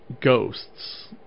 ghosts